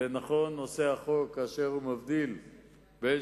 ונכון עושה החוק כאשר הוא מבדיל בין